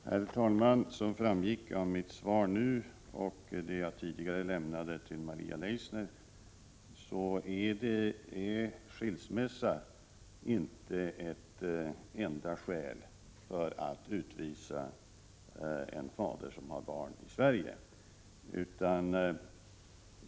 Herr talman! Som framgick av mitt frågesvar och av det svar jag tidigare lämnat till Maria Leissner, är skilsmässa inte det enda tänkbara skälet för att utvisa en fader som har barn i Sverige.